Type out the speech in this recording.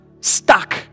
stuck